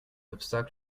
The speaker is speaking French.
obstacle